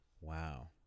Wow